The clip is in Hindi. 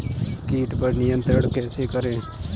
कीट पर नियंत्रण कैसे करें?